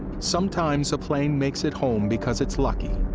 sometimes a plane makes it home because it's lucky.